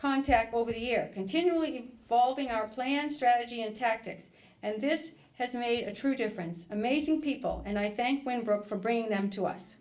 contact over the year continually evolving our plan strategy and tactics and this has made a true difference amazing people and i thank went broke for bringing them to us